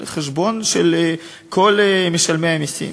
על חשבון כל משלמי המסים.